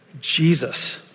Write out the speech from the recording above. Jesus